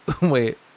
Wait